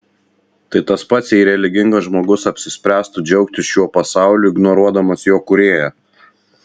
tai tas pats jei religingas žmogus apsispręstų džiaugtis šiuo pasauliu ignoruodamas jo kūrėją